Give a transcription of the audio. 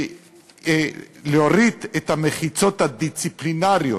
להוריד את המחיצות הדיסציפלינריות.